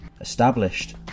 established